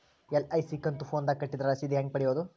LIC ಕಂತು ಫೋನದಾಗ ಕಟ್ಟಿದ್ರ ರಶೇದಿ ಹೆಂಗ್ ಪಡೆಯೋದು?